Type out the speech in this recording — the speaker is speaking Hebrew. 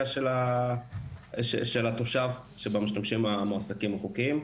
של התושב שבה משתמשים המועסקים החוקיים.